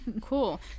cool